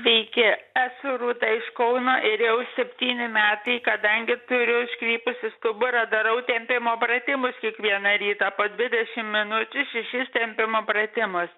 sveiki esu rūta iš kauno ir jau septyni metai kadangi turiu iškrypusį stuburą darau tempimo pratimus kiekvieną rytą po dvidešim minučių šešis tempimo pratimus